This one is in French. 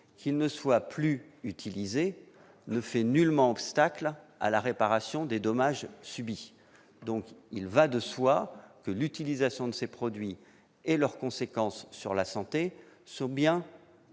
qu'ils ne soient plus utilisés n'oppose aucun obstacle à la réparation des dommages subis. Il va de soi que l'utilisation de ces produits et ses conséquences sur la santé sont incluses